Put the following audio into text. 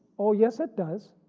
ah yes it does.